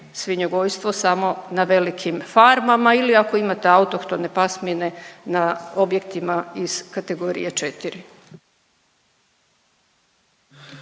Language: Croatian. svinjogojstvo samo na velikim farmama ili ako imate autohtone pasmine na objektima iz kategorije